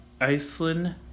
Iceland